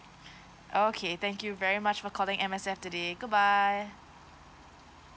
okay thank you very much for calling M_S_F today goodbye